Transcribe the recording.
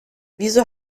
wieso